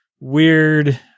Weird